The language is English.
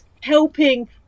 helping